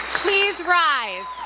please rise